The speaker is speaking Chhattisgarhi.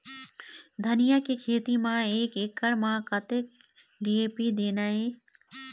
धनिया के खेती म एक एकड़ म कतक डी.ए.पी देना ये?